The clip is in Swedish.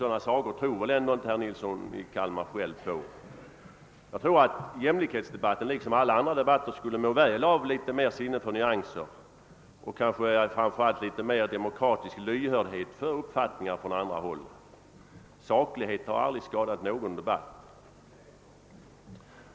Sådana sagor tror väl ändå inte herr Nilsson i Kalmar själv på? Jämlikhetsdebatten skulle säkerligen liksom alla andra debatter må väl av ett mera utvecklat sinne för nyanser och kanske framför allt av mera demokratisk lyhördhet för uppfattningar från andra håll. Saklighet har aldrig skadat någon debatt.